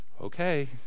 Okay